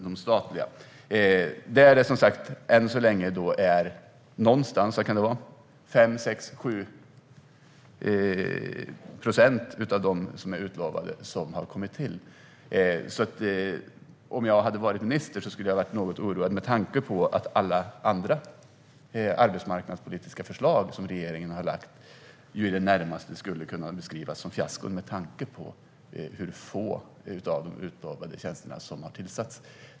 Det är 5, 6 eller 7 procent av de jobb som utlovats som har kommit till. Om jag hade varit minister hade jag varit något oroad med tanke på att alla andra arbetsmarknadspolitiska förslag som regeringen har lagt fram närmast skulle kunna beskrivas som fiaskon, detta med tanke på hur få av de utlovade tjänsterna som har tillsatts.